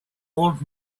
old